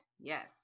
Yes